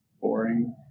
Boring